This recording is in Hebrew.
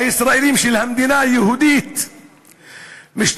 הישראלים של המדינה היהודית משתוללים